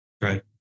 Right